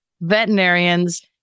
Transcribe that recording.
veterinarians